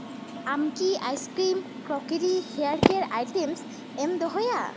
ᱟᱢ ᱠᱤ ice cream crockery hair cares items ᱮᱢ ᱫᱚᱦᱚᱭᱟ